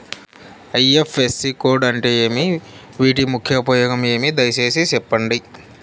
IFSC code అంటే ఏమి? వీటి ముఖ్య ఉపయోగం ఏమి? దయసేసి సెప్పండి?